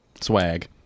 Swag